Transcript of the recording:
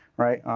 right?